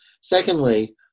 Secondly